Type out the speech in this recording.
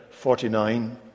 49